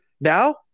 now